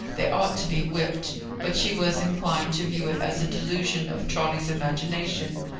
they ought to be whipped but she was inclined to view it as a delusion of charley's imagination,